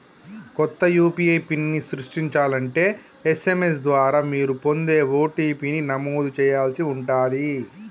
కొత్త యూ.పీ.ఐ పిన్ని సృష్టించాలంటే ఎస్.ఎం.ఎస్ ద్వారా మీరు పొందే ఓ.టీ.పీ ని నమోదు చేయాల్సి ఉంటాది